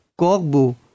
Kogbu